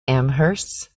amherst